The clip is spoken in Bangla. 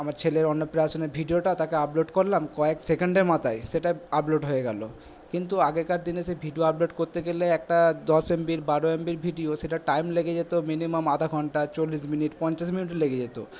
আমার ছেলের অন্নপ্রাশনের ভিডিওটা তাকে আপলোড করলাম কয়েক সেকেন্ডের মাথায় সেটা আপলোড হয়ে গেলো কিন্তু আগেকার দিনে সেই ভিডিও আপলোড করতে গেলে একটা দশ এমবির বারো এমবির ভিডিও সেটা টাইম লেগে যেতো মিনিমাম আধা ঘন্টা চল্লিশ মিনিট পঞ্চাশ মিনিটও লেগে যেতো